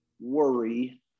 worry